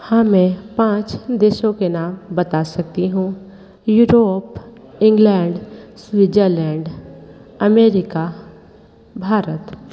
हाँ मैं पाँच देशों के नाम बता सकती हूँ Europe England Switzerland America Bharat